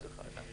מיידיים